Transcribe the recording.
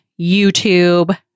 YouTube